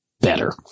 better